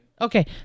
Okay